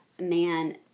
man